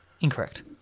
Incorrect